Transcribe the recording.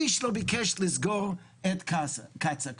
איש לא ביקש לסגור את קצא"א,